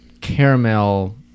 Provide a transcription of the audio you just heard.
caramel